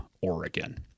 Oregon